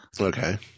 Okay